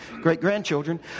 great-grandchildren